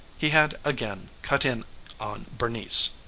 he had again cut in on bernice.